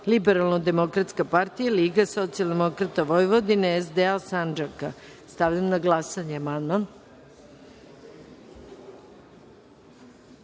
Liberalno demokratska partija - Liga socijaldemokrata Vojvodine - SDA Sandžaka. Stavljam na glasanje ovaj